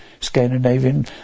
Scandinavian